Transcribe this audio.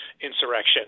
insurrection